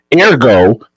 Ergo